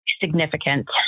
significant